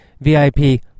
VIP